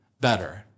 better